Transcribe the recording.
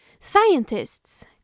Scientists